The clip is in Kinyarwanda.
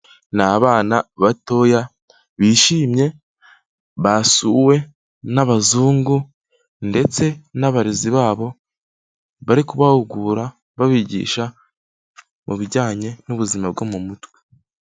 Ni bana batoya bishimye basuwe n'abazungu ndetse n'abarezi babo bari kubahugura babigisha mu bijyanye n'ubuzima bwo mu mutwe.